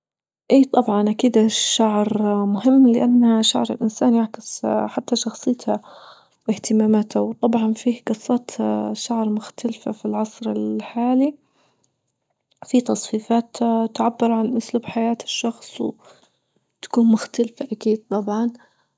ايه طبعا أكيد الشعر مهم لأن شعر الإنسان يعكس حتى شخصيته واهتماماته، وطبعا فيه جصات شعر مختلفة في العصر الحالي، في تصفيفات اه تعبر عن أسلوب حياة الشخص وتكون مختلفة أكيد طبعا.